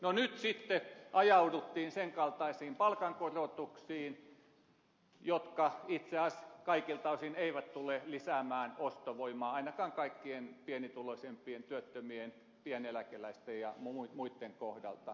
nyt sitten ajauduttiin sen kaltaisiin palkankorotuksiin jotka itse asiassa kaikilta osin eivät tule lisäämään ostovoimaa ainakaan kaikkein pienituloisimpien työttömien pieneläkeläisten ja muitten kohdalta